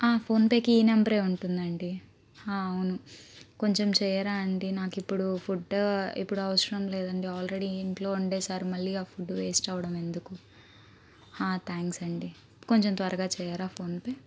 phone పేకి ఈ నెంబరే ఉంటుందండీ అవును కొంచం చేయరా అండీ నాకు ఇప్పుడు ఫుడ్ ఇప్పుడు అవసరం లేదండీ ఆల్రెడీ ఇంట్లో వండేశారు మళ్ళీ ఆ ఫుడ్ వేస్ట్ అవ్వడం ఎందుకు థ్యాంక్స్ అండీ కొంచం త్వరగా చేయరా ఫోన్ పే